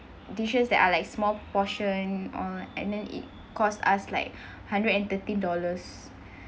dishes that are like small portion all and then it cost us like hundred and thirty dollars